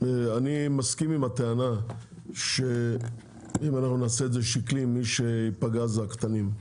אני מסכים עם הטענה שאם אנחנו נעשה את זה שקלי מי שייפגע זה הקטנים.